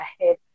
ahead